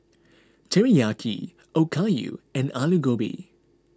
Teriyaki Okayu and Alu Gobi